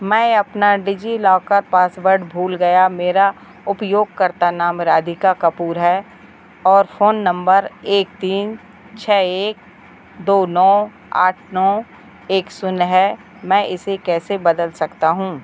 मैं अपना डिजिलॉकर पासवर्ड भूल गया मेरा उपयोगकर्ता नाम राधिका कपूर है और फ़ोन नंबर एक तीन छः एक दो नौ आठ नौ एक शून्य है मैं इसे कैसे बदल सकता हूँ